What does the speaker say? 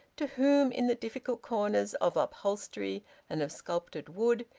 to whom, in the difficult corners of upholstery and of sculptured wood,